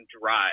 drive